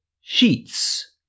sheets